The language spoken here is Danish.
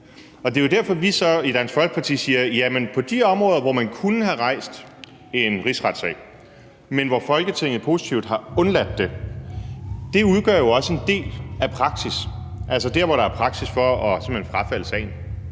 Det er jo derfor, at vi så i Dansk Folkeparti siger: Jamen de områder, hvor man kunne have rejst en rigsretssag, men hvor Folketinget positivt har undladt at gøre det, udgør jo også en del af praksis, altså hvor der er praksis for simpelt hen at frafalde sagen.